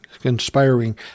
conspiring